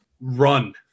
Run